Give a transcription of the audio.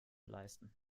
leisten